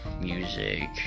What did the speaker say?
music